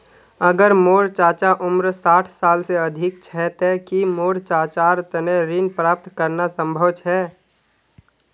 अगर मोर चाचा उम्र साठ साल से अधिक छे ते कि मोर चाचार तने ऋण प्राप्त करना संभव छे?